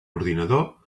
ordinador